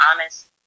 honest